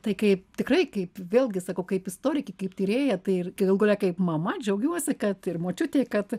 tai kaip tikrai kaip vėlgi sakau kaip istorikė kaip tyrėja tai ir galų gale kaip mama džiaugiuosi kad ir močiutė kad